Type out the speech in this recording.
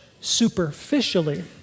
superficially